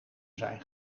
zijn